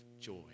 joy